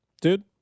dude